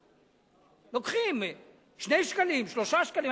לוקחים 2 שקלים, 3 שקלים.